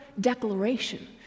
declaration